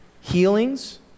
healings